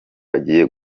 bagiye